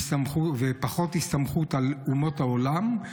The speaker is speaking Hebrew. פחות הסתמכות על אומות העולם,